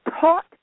taught